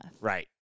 Right